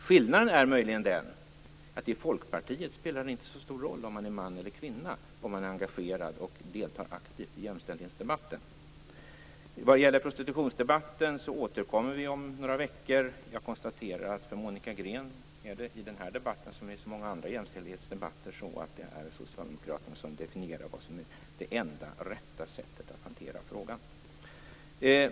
Skillnaden är möjligen den att i Folkpartiet spelar det inte så stor roll om man är man eller kvinna, om man är engagerad och deltar aktivt i jämställdhetsdebatten. Vad gäller prostitutionsdebatten återkommer vi om några veckor. Jag konstaterar att för Monica Green är det i den här debatten, som i så många andra jämställdhetsdebatter, så att det är Socialdemokraterna som definierar vad som är det enda, rätta sättet att hantera frågan.